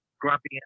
Grumpy